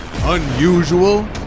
unusual